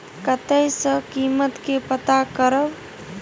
कतय सॅ कीमत के पता करब?